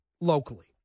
locally